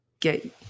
get